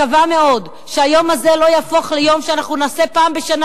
מקווה מאוד שהיום הזה לא יהפוך ליום שאנחנו נעשה פעם בשנה,